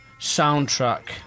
soundtrack